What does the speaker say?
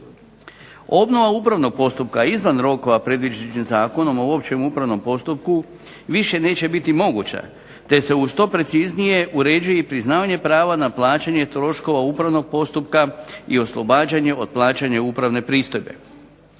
Obnova upravnog postupka izvan rokova predviđenih Zakonom o općem upravnom postupku više neće biti moguća te se uz to preciznije uređuje i priznavanje prava na plaćanje troškova upravnog postupka i oslobađanje od plaćanja upravne pristojbe.